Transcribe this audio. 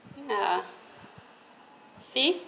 ya see